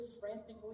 frantically